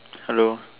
hello